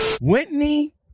Whitney